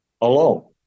alone